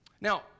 Now